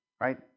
Right